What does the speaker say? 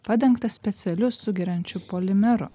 padengtą specialiu sugeriančiu polimeru